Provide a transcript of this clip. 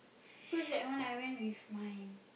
cause that one I went with my